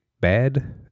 bad